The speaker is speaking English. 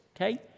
okay